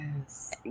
Yes